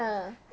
uh